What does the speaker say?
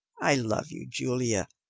i love you, julia,